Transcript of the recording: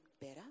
better